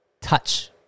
touch